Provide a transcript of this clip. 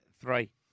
Three